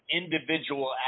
individual